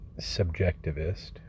subjectivist